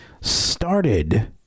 started